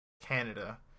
Canada